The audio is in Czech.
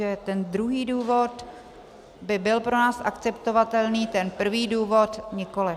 Takže ten druhý důvod by byl pro nás akceptovatelný, ten prvý důvod nikoliv.